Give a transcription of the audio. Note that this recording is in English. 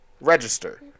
register